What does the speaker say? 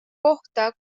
kohta